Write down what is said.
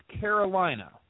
Carolina